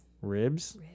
Ribs